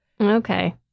Okay